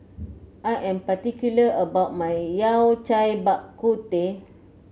I am particular about my Yao Cai Bak Kut Teh